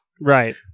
Right